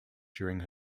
during